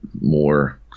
more